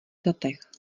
datech